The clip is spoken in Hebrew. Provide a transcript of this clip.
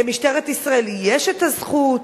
למשטרת ישראל יש הזכות.